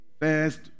first